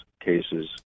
cases